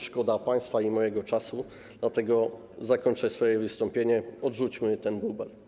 Szkoda państwa i mojego czasu, dlatego zakończę swoje wystąpienie: odrzućmy ten bubel.